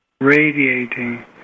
radiating